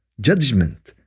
judgment